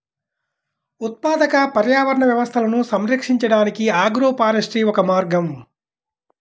ఉత్పాదక పర్యావరణ వ్యవస్థలను సంరక్షించడానికి ఆగ్రోఫారెస్ట్రీ ఒక మార్గం